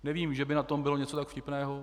Nevím, že by na tom bylo něco tak vtipného.